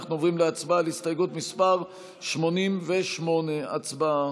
אנחנו עוברים להצבעה על הסתייגות מס' 88. הצבעה.